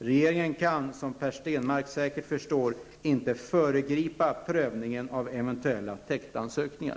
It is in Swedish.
Regeringen kan, som Per Stenmarck säkert förstår, inte föregripa prövningen av eventuella täktansökningar.